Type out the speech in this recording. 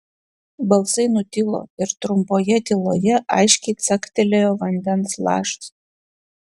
balsai nutilo ir trumpoje tyloje aiškiai caktelėjo vandens lašas